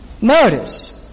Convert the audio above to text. notice